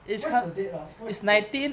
what's the date ah what's the date